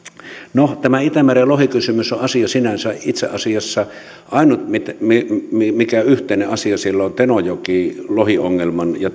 no tämä itämeren lohikysymys on asia sinänsä itse asiassa ainut yhteinen asia mikä sillä on tenojoki lohiongelman ja